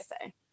say